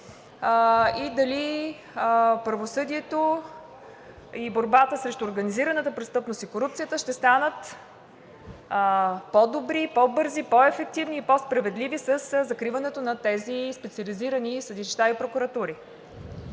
и дали правосъдието и борбата срещу организираната престъпност и корупцията ще станат по-добри, по-бързи, по-ефективни и по-справедливи със закриването на тези специализирани съдилища и прокуратури?